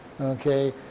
Okay